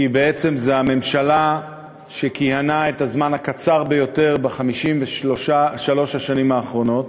כי בעצם זאת הממשלה שכיהנה בפרק הזמן הקצר ביותר ב-53 השנים האחרונות,